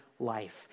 Life